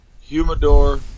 humidor